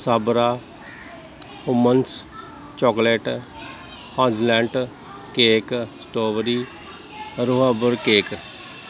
ਸਾਬਰਾ ਉਹ ਮੰਸ ਚੋਕਲੇਟ ਆ ਲੈਂਟ ਕੇਕ ਸਟੋਬਰੀ ਰੋਬੜ ਕੇਕ